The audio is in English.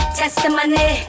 testimony